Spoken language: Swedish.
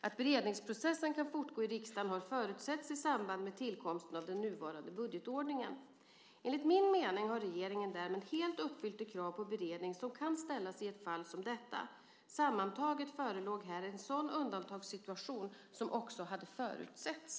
Att beredningsprocessen kan fortgå i riksdagen har förutsetts i samband med tillkomsten av den nuvarande budgetordningen. Enligt min mening har regeringen därmed helt uppfyllt det krav på beredning som kan ställas i ett fall som detta. Sammantaget förelåg här en sådan undantagssituation som också hade förutsetts.